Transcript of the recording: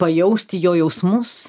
pajausti jo jausmus